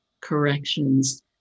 corrections